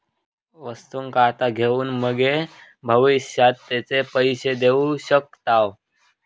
वस्तुंका आता घेऊन मगे भविष्यात तेचे पैशे देऊ शकताव